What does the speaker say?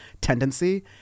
tendency